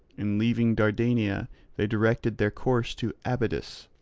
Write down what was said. and leaving dardania they directed their course to abydus,